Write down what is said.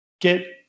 get